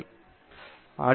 இது மிகவும் மோசமான இலக்கு